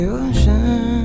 ocean